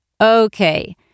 Okay